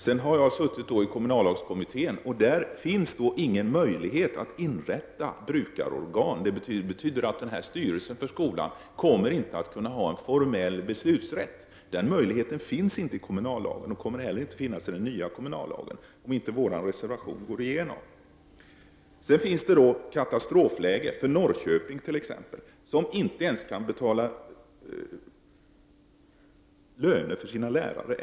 Jag har suttit med i kommunallagskommittén, och enligt den finns det inte någon möjlighet att inrätta brukarorgan. Det betyder att styrelsen för skolan inte kommer att ha formell beslutsrätt. Den möjligheten finns inte i kommunallagen och kommer inte heller att finnas i den nya kommunallagen, om inte vår reservation går igenom. Jag vill till sist peka på att det i Norrköping är ett direkt katastrofläge. Där kan man efter påsk inte ens betala löner till lärarna.